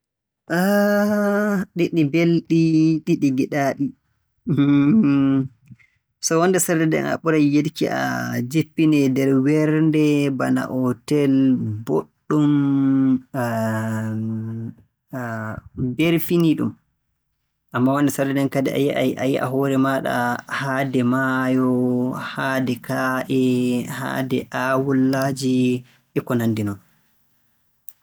Ah, ɗiɗi mbelɗi, ɗiɗi ngiɗaaɗi. So wonnde sarde nden a ɓuray yiɗki a jippinee nder weernde bana ootel booɗɗum, mberfiniiɗum. Ammaa wonnde sarde nden kadi a a yiɗay a yi'a hoore maaɗa haade maayo, haade kaaƴe, haade aawullaaji e ko nanndi non.